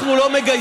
אנחנו לא מגייסים,